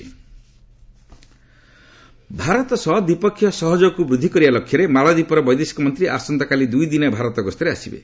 ମାଳଦ୍ୱୀପ ଭିଜିଟ୍ ଭାରତ ସହ ଦ୍ୱିପକ୍ଷୀୟ ସହଯୋଗକୁ ବୃଦ୍ଧି କରିବା ଲକ୍ଷ୍ୟରେ ମାଳଦ୍ୱୀପର ବୈଦେଶିକ ମନ୍ତ୍ରୀ ଆସନ୍ତାକାଲି ଦୁଇ ଦିନିଆ ଭାରତ ଗସ୍ତରେ ଆସିବେ